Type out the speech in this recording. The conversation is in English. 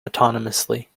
autonomously